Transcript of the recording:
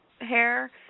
hair